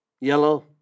yellow